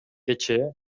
кечээ